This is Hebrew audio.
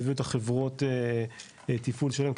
מזמינים את החברות תפעול שלהם,